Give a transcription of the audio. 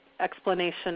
explanation